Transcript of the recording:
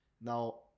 now